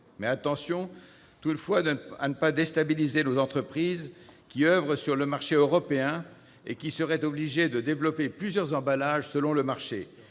Attention toutefois à ne pas déstabiliser nos entreprises qui interviennent sur le marché européen et qui seraient obligées de développer plusieurs emballages selon le marché,